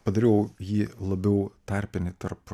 padariau jį labiau tarpinį tarp